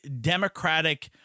Democratic